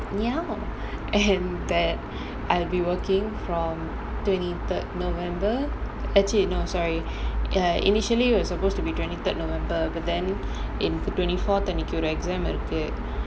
ya and that I'll be working from twenty third november actually no sorry err initially it was supposed to be twenty third november but then in twenty four அன்னிக்கி ஒரு:annikki oru exam இருக்கு:iruku